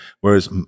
Whereas